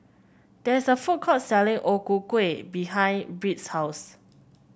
there is a food court selling O Ku Kueh behind Britt's house